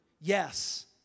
yes